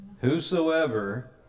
Whosoever